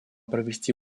провести